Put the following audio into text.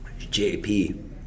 JP